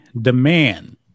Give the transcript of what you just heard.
demand